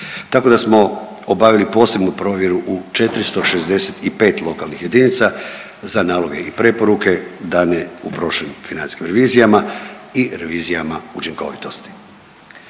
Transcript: Tako da smo obavili posebnu provjeru u 465 lokalnih jedinica za naloge i preporuke dane u prošlim financijskim revizijama i revizijama učinkovitosti.